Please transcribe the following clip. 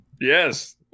Yes